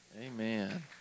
Amen